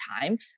time